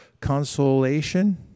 consolation